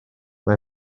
mae